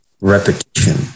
repetition